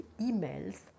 emails